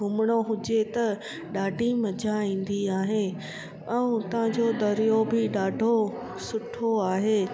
घुमिणो हुजे त ॾाढी मज़ा ईंदी आहे ऐं हुतां जो दरियो बि ॾाढो सुठो आहे